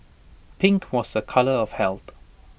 pink was A colour of health